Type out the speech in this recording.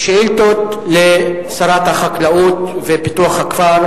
שאילתות לשרת החקלאות ופיתוח הכפר.